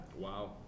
Wow